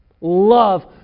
Love